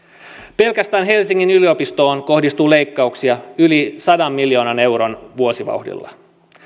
pelkästään helsingin yliopistoon kohdistuu leikkauksia yli sadan miljoonan euron vuosivauhdilla